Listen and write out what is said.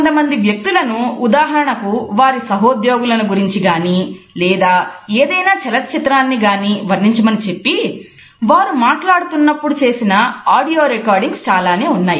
కొంతమంది వ్యక్తులను ఉదాహరణకు వారి సహోద్యోగుల ను గురించి కానీ లేదా ఏదైనా చలనచిత్రాన్ని గాని వర్ణించమని చెప్పి వారు మాట్లాడుతున్నప్పుడు చేసిన ఆడియో రికార్డింగ్ చాలా నే ఉన్నాయి